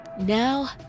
Now